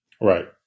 Right